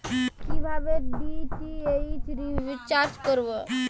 কিভাবে DTH recharge করব?